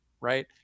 right